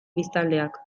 biztanleak